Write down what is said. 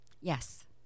yes